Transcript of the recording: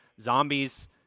zombies